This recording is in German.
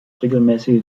regelmäßige